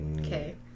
Okay